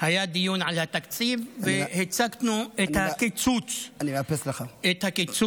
היה דיון על התקציב והצגנו את הקיצוץ המוצע